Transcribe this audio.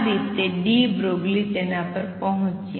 આ રીતે de Broglie તેના પર પહોંચ્યા